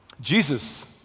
Jesus